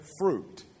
fruit